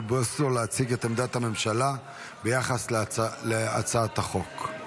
בוסו להציג את עמדת הממשלה ביחס להצעת החוק.